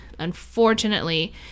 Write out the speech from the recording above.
unfortunately